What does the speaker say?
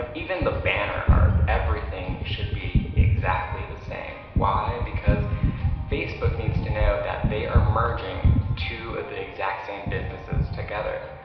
even the banner art, everything should be exactly the same. why? because facebook needs to know that they are merging two of the exact same businesses together.